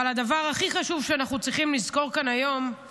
אבל הדבר הכי חשוב שאנחנו צריכים לזכור כאן היום הוא